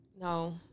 No